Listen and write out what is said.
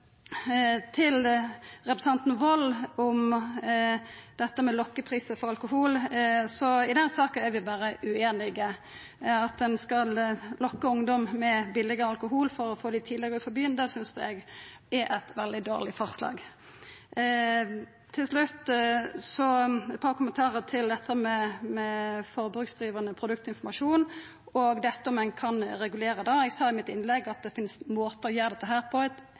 Til representanten Wold om dette med lokkeprisar for alkohol: I den saka er vi berre ueinige. At ein skal lokka ungdom med billigare alkohol for å få dei til å gå på byen, synest eg er eit veldig dårleg forslag. Til slutt eit par kommentarar til dette med forbruksdrivande produktinformasjon og om ein kan regulera det: Eg sa i innlegget mitt at det finst måtar å gjera dette på